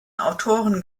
autoren